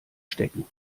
stecken